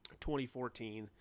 2014